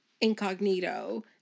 incognito